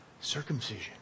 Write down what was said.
Circumcision